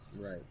Right